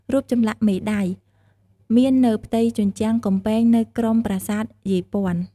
រូបចម្លាក់មេដាយ មាននៅផ្ទៃជញ្ជាំងកំពែងនៅក្រុមប្រាសាទយាយព័ន្ធ។